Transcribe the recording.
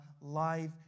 life